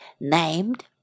named